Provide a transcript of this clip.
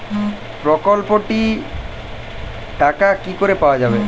প্রকল্পটি র টাকা কি করে পাওয়া যাবে?